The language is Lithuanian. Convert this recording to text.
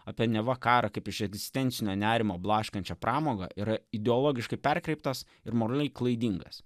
apie neva karą kaip iš egzistencinio nerimo blaškančią pramogą yra ideologiškai perkreiptas ir moraliai klaidingas